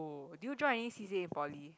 oh do you join any C_C_A in poly